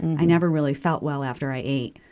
i never really felt well after i ate.